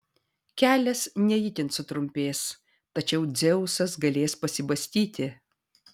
kelias ne itin sutrumpės tačiau dzeusas galės pasibastyti